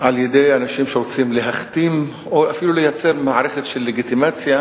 על-ידי אנשים שרוצים להכתים או אפילו לייצר מערכת של לגיטימציה